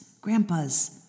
grandpas